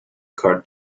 card